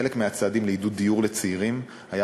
חלק מהצעדים לעידוד דיור לצעירים היה